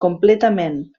completament